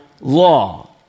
law